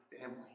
family